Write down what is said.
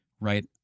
Right